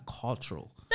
cultural